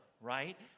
right